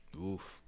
Oof